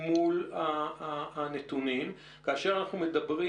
מול הנתונים, כאשר אנחנו מדברים